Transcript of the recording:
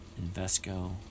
Invesco